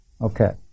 Okay